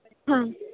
ಹಾಂ